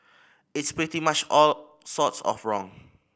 it's pretty much all sorts of wrong